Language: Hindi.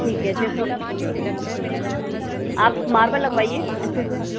ठीक है आप मार्बल लगवाइए अच्छे से